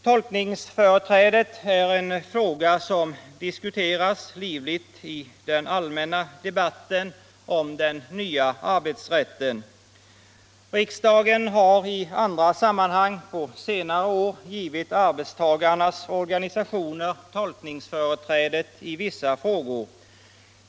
Tolkningsföreträdet är en fråga som diskuterats livligt i den allmänna debatten om den nya arbetsrätten. Riksdagen har i andra sammanhang på senare år givit arbetstagarnas organisationer tolkningsföreträdet i vissa frågor.